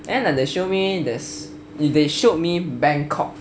then like they show me this they showed me bangkok